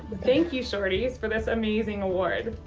thank you sort of for this amazing award.